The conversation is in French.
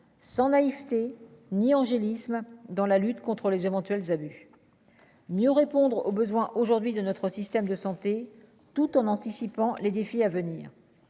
sans naïveté ni angélisme dans la lutte contre les éventuels abus mieux répondre aux besoins aujourd'hui de notre système de santé tout en anticipant les défis à venir